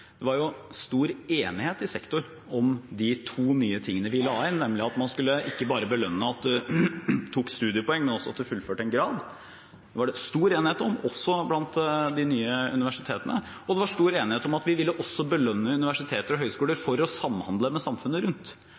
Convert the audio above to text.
det var jo stor enighet i sektoren om de to nye tingene vi la inn, nemlig at man ikke bare skulle belønne at man tok studiepoeng, men også at man fullførte en grad. Det var det stor enighet om, også blant de nye universitetene, og det var stor enighet om at vi også ville belønne universiteter og høgskoler for å samhandle med samfunnet rundt.